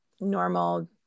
normal